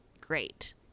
great